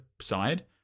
side